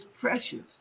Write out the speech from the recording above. precious